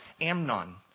Amnon